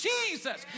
Jesus